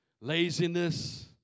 laziness